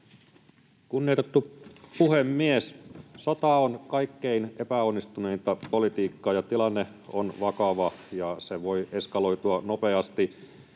Kunnioitettu puhemies! Sota on kaikkein epäonnistuneinta politiikkaa, ja tilanne on vakava, ja se voi eskaloitua nopeasti.